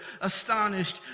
astonished